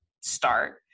start